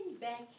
back